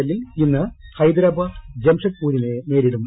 L ൽ ഇന്ന് ഹൈദരാബാദ് ജംഷഡ്പൂരിനെ നേരിടും